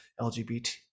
LGBT